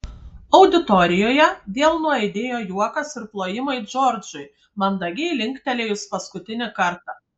auditorijoje vėl nuaidėjo juokas ir plojimai džordžui mandagiai linktelėjus paskutinį kartą